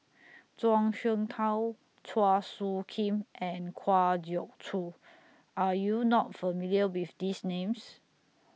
Zhuang Shengtao Chua Soo Khim and Kwa Geok Choo Are YOU not familiar with These Names